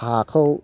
हाखौ